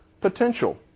potential